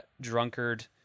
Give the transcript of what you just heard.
drunkard